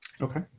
Okay